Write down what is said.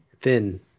thin